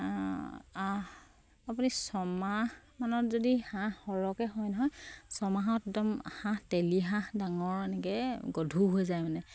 আপুনি ছমাহ মানত যদি হাঁহ সৰহকে হয় নহয় ছমাহত একদম হাঁহ তেলী হাঁহ ডাঙৰ এনেকে গধূৰ হৈ যায় মানে